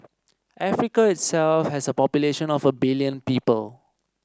Africa itself has a population of a billion people